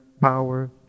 power